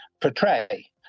portray